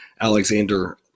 Alexander